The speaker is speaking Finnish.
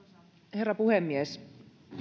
herra puhemies